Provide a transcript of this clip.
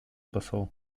посол